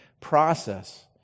process